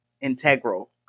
integral